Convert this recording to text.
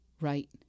right